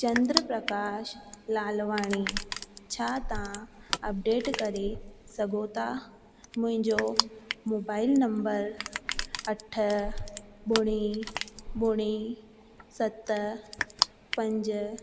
चंद्र प्रकाश लालवाणी छा तव्हां अपडेट करे सघो था मुंहिंजो मोबाइल नंबर अठ ॿुड़ी ॿुड़ी सत पंज